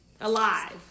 alive